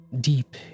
deep